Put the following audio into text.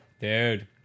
Dude